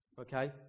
Okay